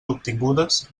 obtingudes